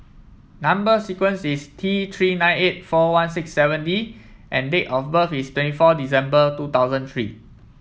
number sequence is T Three nine eight four one six seven D and date of birth is twenty four December two thousand three